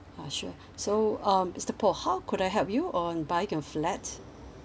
ah sure so um mister paul how could I help you on buying a flat